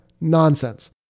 Nonsense